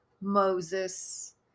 moses